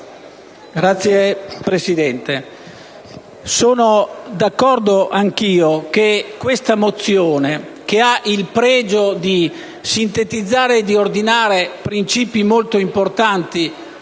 onorevoli senatori, sono d'accordo anch'io che questa mozione, che ha il pregio di sintetizzare e di enunciare principi molto importanti